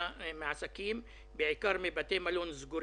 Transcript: הקריטריון צריך